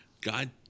God